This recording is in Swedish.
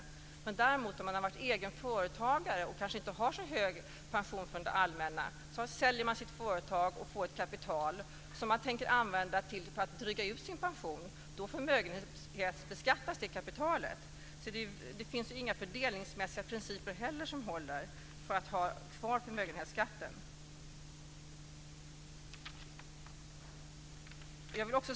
Men om man däremot har varit egen företagare och kanske inte har så hög pension från det allmänna, säljer sitt företag och får ett kapital som man tänker använda för att dryga ut sin pension så förmögenhetsbeskattas det kapitalet. Det finns inga fördelningsmässiga principer som håller för att ha kvar förmögenhetsskatten.